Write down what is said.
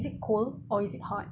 is it cold or is it hot